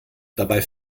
dabei